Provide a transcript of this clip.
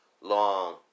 long